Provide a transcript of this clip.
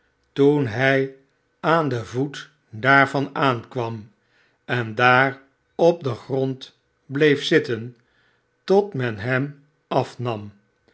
toen hij aan den voet daarvan aankwam en daar op den grond bleef zitten lot men hem afnam